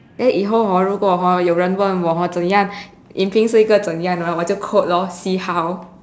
then 以后 hor 如果：ru guo hor 有人问我：you ren wen wo hor 怎么样 yin ping 是一个怎样的人我就 lor see how